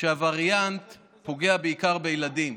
שהווריאנט פוגע בעיקר בילדים.